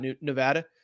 Nevada